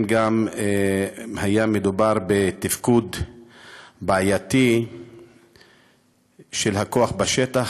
גם היה מדובר בתפקוד בעייתי של הכוח בשטח,